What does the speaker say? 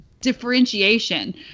differentiation